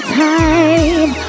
time